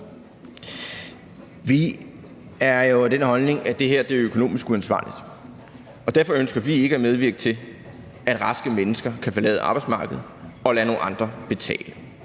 Vi er jo af den holdning, at det her er økonomisk uansvarligt, og derfor ønsker vi ikke at medvirke til, at raske mennesker kan forlade arbejdsmarkedet og lade nogle andre betale.